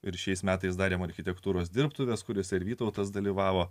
ir šiais metais darėme architektūros dirbtuves kuriose vytautas dalyvavo